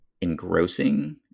engrossing